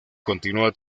continúa